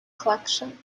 collection